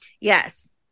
Yes